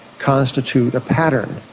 constitute a pattern.